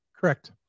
Correct